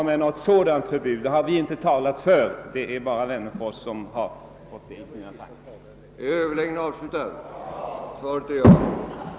per hektar skogsmark, dock högst 30 Z av det oreducerade skogsbruksvärdet.